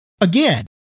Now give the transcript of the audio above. Again